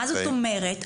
מה זאת אומרת?